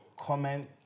comment